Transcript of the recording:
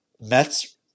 Mets